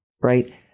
Right